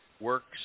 works